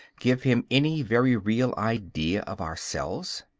give him any very real idea of ourselves?